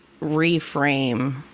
reframe